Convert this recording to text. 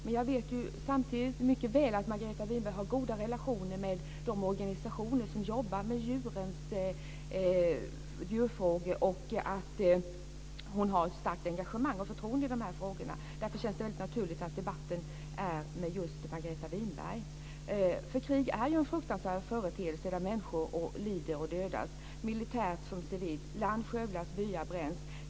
Samtidigt vet jag mycket väl att Margareta Winberg har goda relationer med de organisationer som jobbar med djurfrågor och att hon har ett starkt engagemang och förtroende i de här frågorna. Därför känns det väldigt naturligt att ha debatten med just Margareta Krig är ju en fruktansvärd företeelse där människor lider och dödas, militärer såväl som civila. Land skövlas, byar bränns.